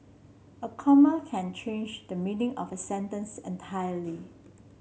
a comma can change the meaning of a sentence entirely